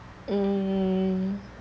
mm